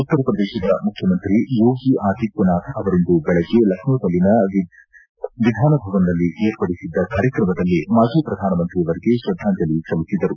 ಉತ್ತರ ಪ್ರದೇಶದ ಮುಖ್ಯಮಂತ್ರಿ ಯೋಗಿ ಆದಿತ್ಯನಾಥ್ ಅವರಿಂದು ಬೆಳಗ್ಗೆ ಲಕ್ನೋದಲ್ಲಿನ ವಿಧಾನಭವನ್ನಲ್ಲಿ ಏರ್ಪಡಿಸಿದ್ದ ಕಾರ್ಯಕ್ರಮದಲ್ಲಿ ಮಾಜಿ ಪ್ರಧಾನಮಂತ್ರಿಯವರಿಗೆ ಶ್ರದ್ದಾಂಜಲಿ ಸಲ್ಲಿಸಿದರು